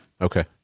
Okay